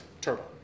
Turbo